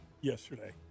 yesterday